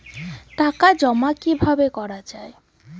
টাকা জমা কিভাবে করা য়ায়?